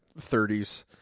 30s